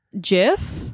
Jiff